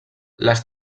les